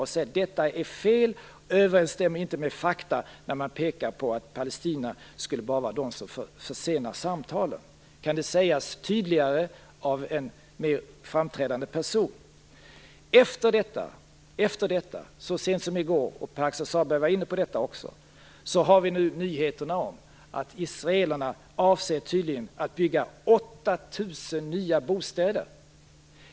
Han säger att det är fel och att det inte överensstämmer med fakta när den israeliska regeringen pekar på att det bara är palestinierna som försenar samtalen. Kan det sägas tydligare och av en mer framträdande person? Efter detta, så sent som i går, har nyheter kommit om att israelerna tydligen avser att bygga 8 000 nya bostäder. Pär-Axel Sahlberg nämnde också detta.